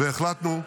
-- והחלטנו,